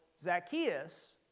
Zacchaeus